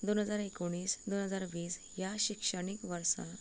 दोन हजार एकुणीस दोन हजार वीस ह्या शिक्षणीक वर्सा